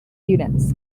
units